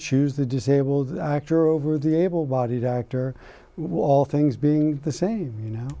choose the disabled actor over the able bodied actor was all things being the same you know